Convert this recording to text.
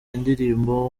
indirimbo